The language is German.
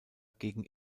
gegen